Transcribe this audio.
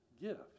gift